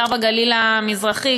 בעיקר בגליל המזרחי,